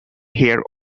here